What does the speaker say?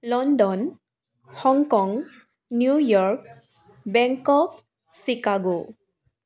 London Hong Kong New York Bangkok Chicago